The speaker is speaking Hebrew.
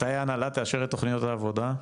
מתי ההנהלה תאשר את תכניות העבודה?